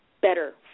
better